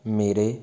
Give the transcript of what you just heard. ਮੇਰੇ